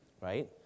right